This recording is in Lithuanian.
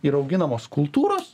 ir auginamos kultūros